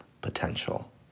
potential